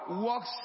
works